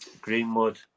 Greenwood